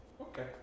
Okay